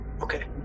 okay